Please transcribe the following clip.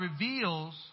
reveals